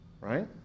Right